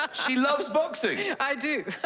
ah she loves boxing. yeah i do.